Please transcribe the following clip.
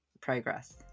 progress